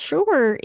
Sure